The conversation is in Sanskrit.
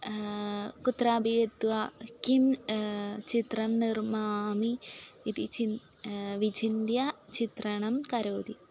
कुत्रापि गत्वा किं चित्रं निर्मामि इति चिन्ता विचिन्त्य चित्रं करोति